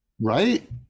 right